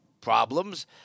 problems